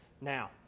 Now